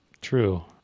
True